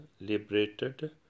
liberated